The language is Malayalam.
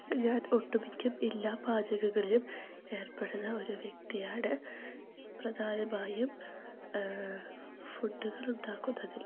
ഞാൻ ഒട്ടുമിക്ക എല്ലാ പാചകങ്ങളിലും ഏർപ്പെടുന്ന ഒരു വ്യക്തിയാണ് പ്രധാനമായും ഫുഡ്ഡുകൾ ഉണ്ടാക്കുന്നതിൽ